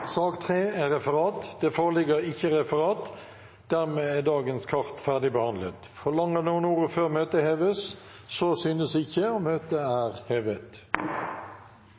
Det foreligger ikke referat. Dermed er dagens kart ferdigbehandlet. Forlanger noen ordet før møtet heves? – Møtet er hevet.